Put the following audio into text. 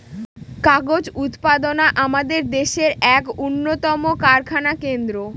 কাগজ উৎপাদনা আমাদের দেশের এক উন্নতম কারখানা কেন্দ্র